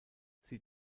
sie